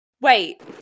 wait